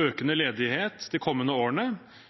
økende ledighet de kommende årene.